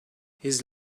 his